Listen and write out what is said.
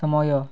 ସମୟ